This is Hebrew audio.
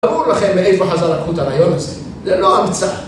אמרו לכם מאיפה חז"ל לקחו את הרעיון הזה, זה לא המצאה